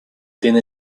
tiene